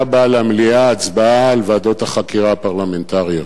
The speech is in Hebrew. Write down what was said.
מגיעה למליאה הצבעה על ועדות החקירה הפרלמנטריות,